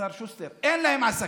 השר שוסטר, אין להן עסקים.